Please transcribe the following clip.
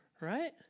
Right